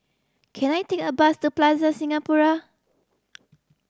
can I take a bus to Plaza Singapura